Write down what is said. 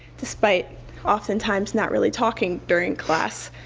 despite oftentimes not really talking during class,